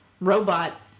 robot